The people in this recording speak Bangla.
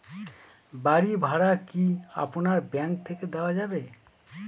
বাড়ী ভাড়া কি আপনার ব্যাঙ্ক থেকে দেওয়া যাবে?